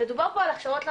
מדובר פה על הכשרות למורים,